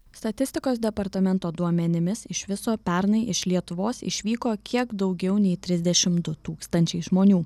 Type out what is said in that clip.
statistikos departamento duomenimis iš viso pernai iš lietuvos išvyko kiek daugiau nei trisdešim du tūkstančiai žmonių